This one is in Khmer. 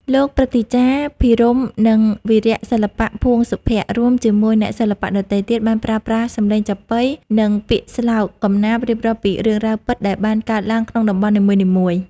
លោកព្រឹទ្ធាចារ្យ ភិរម្យ និងវីរៈសិល្បៈ ភួង សុភ័ក្ត្រ រួមជាមួយអ្នកសិល្បៈដទៃទៀត បានប្រើប្រាស់សម្លេងចាប៉ី និងពាក្យស្លោក កំណាព្យ រៀបរាប់ពីរឿងរ៉ាវពិតដែលបានកើតឡើងក្នុងតំបន់នីមួយៗ។